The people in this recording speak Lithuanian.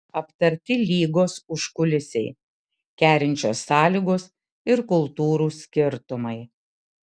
aptarti lygos užkulisiai kerinčios sąlygos ir kultūrų skirtumai